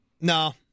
No